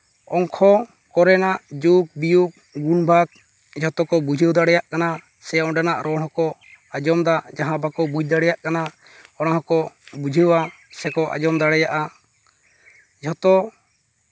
ᱚᱝᱠᱚ ᱠᱚᱨᱮᱱᱟᱜ ᱡᱳᱜᱽ ᱵᱤᱭᱳᱜᱽ ᱜᱩᱱ ᱵᱷᱟᱜᱽ ᱡᱚᱛᱚ ᱠᱚ ᱵᱩᱡᱷᱟᱹᱣ ᱫᱟᱲᱮᱭᱟᱜ ᱠᱟᱱᱟ ᱥᱮ ᱚᱸᱰᱮᱱᱟᱜ ᱨᱚᱲ ᱦᱚᱸᱠᱚ ᱟᱸᱡᱚᱢᱫᱟ ᱡᱟᱦᱟᱸ ᱵᱟᱠᱚ ᱵᱩᱡᱽ ᱫᱟᱲᱮᱭᱟᱜ ᱠᱟᱱᱟ ᱚᱱᱟ ᱦᱚᱸᱠᱚ ᱵᱩᱡᱷᱟᱹᱣᱟ ᱥᱮᱠᱚ ᱟᱸᱡᱚᱢ ᱫᱟᱲᱮᱭᱟᱜᱼᱟ ᱡᱷᱚᱛᱚ